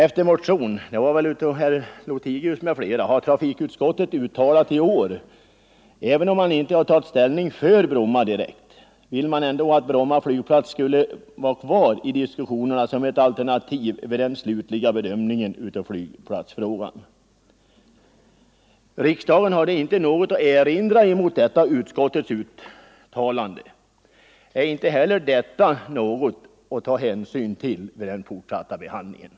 Efter behandlingen av en motion av herr Lothigius m.fl. har trafikutskottet i år uttalat — även om man inte direkt tagit ställning för Bromma —- att Bromma flygplats skulle vara kvar i diskussionen som ett alternativ vid den slutliga bedömningen av flygplatsfrågan. Riksdagen hade inte något att erinra mot utskottets uttalande. Är inte heller detta något att ta hänsyn till vid den fortsatta behandlingen?